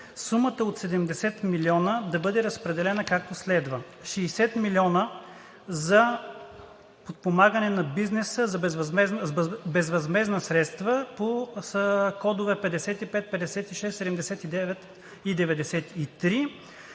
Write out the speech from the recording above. Сумата от 70 милиона да бъде разпределена, както следва: - 60 милиона за подпомагане на бизнеса с безвъзмездни средства по кодове 55, 56, 79 и 93;